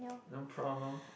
no problem